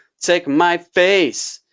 check my face.